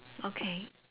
okay